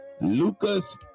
Lucas